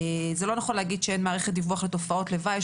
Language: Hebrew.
זה לא נכון להגיד שאין מערכת דיווח לתופעות לוואי.